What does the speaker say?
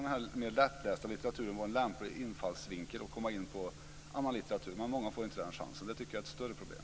Den lite mer lättlästa litteraturen kan vara en lämplig övergång till annan litteratur, men många läsare får inte en sådan chans. Jag tycker att det är ett större problem.